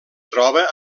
troba